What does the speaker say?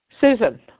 Susan